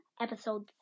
episode